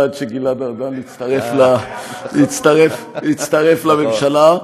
הממשלה, עד שגלעד ארדן הצטרף לממשלה.